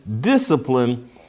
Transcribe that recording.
discipline